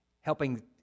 helping